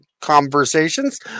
conversations